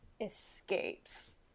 escapes